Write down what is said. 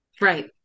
Right